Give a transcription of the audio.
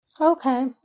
Okay